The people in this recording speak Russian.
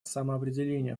самоопределение